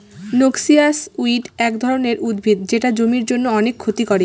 noxious weed এক ধরনের উদ্ভিদ যেটা জমির জন্য অনেক ক্ষতি করে